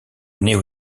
néo